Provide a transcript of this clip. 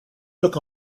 took